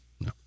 No